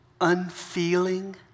unfeeling